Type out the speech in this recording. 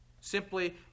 simply